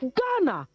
Ghana